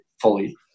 fully